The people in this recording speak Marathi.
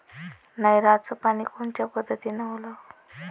नयराचं पानी कोनच्या पद्धतीनं ओलाव?